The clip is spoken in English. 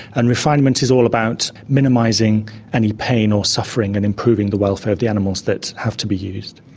and refinement is all about minimising any pain or suffering and improving the welfare of the animals that have to be used.